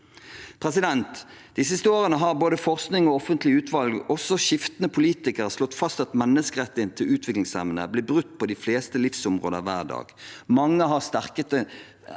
utdanning. De siste årene har både forskning, offentlige utvalg og skiftende politikere slått fast at menneskerettighetene til utviklingshemmede blir brutt på de fleste livsområder hver dag. Mange har etterlyst en